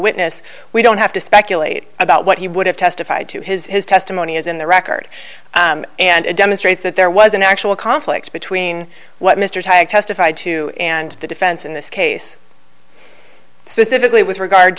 witness we don't have to speculate about what he would have testified to his his testimony is in the record and it demonstrates that there was an actual conflict between what mr tighe testified to and the defense in this case specifically with regard